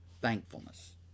thankfulness